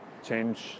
change